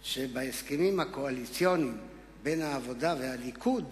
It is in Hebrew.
שבהסכמים הקואליציוניים בין העבודה לליכוד